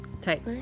Tight